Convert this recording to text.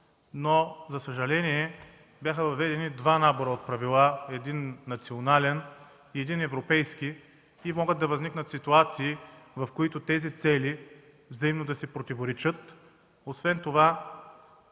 За съжаление бяха въведени два набора от правила: един – национален, един – европейски, и могат да възникнат ситуации, в които тези цели взаимно да си противоречат. Освен това